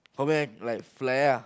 for me like fly ah